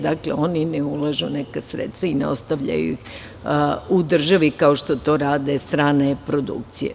Dakle, oni ne ulažu neka sredstva i ne ostavljaju ih u državi, kao što to rade strane produkcije.